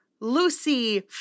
Lucy